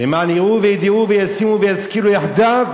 "למען יראו וידעו וישימו וישכילו יחדו